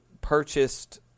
purchased